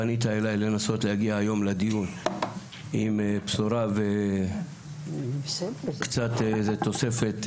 פנית אליי לנסות להגיע לדיון עם בשורה וקצת איזה תוספת,